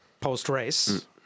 post-race